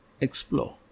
explore